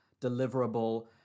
deliverable